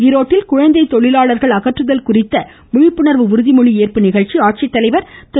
ஈரோட்டில் குழந்தை தொழிலாளர்கள் அகற்றுதல் குறித்த விழிப்புணர்வு உறுதிமொழி ஏற்பு நிகழ்ச்சி ஆட்சித்தலைவர் திரு